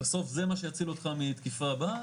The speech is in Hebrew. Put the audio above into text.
בסוף זה מה שיציל אותך מהתקיפה הבאה,